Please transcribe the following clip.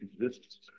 existence